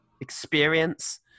experience